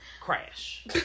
Crash